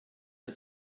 der